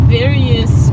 various